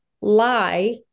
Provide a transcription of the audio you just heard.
lie